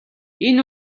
энэ